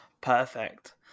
perfect